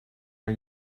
are